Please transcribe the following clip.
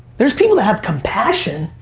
there's people that have compassion.